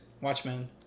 Watchmen